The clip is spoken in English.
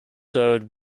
served